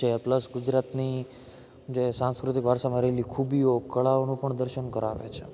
જે પ્લસ ગુજરાતની જે સાંસ્કૃતિક વારસામાં રહેલી ખૂબીઓ કળાઓનું પણ દર્શન કરાવે છે